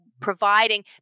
providing